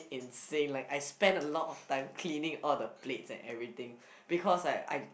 insane like I spent a lot of time cleaning all the plates and everything because like I